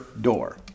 door